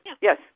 yes